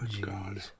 God